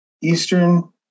eastern